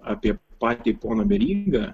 apie patį poną verygą